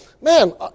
man